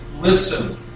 listen